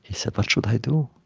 he said, what should i do?